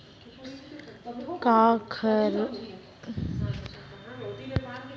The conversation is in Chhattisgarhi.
का खरपतवार मन के निंदाई से वाष्पोत्सर्जन कम होथे?